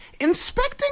inspecting